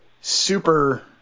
super